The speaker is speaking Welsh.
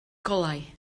golau